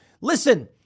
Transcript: listen